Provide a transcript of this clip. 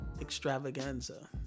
extravaganza